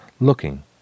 looking